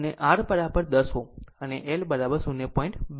અને R 10 ohm અને L 0